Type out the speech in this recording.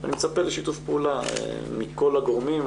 אני מצפה לשיתוף פעולה מכל הגורמים.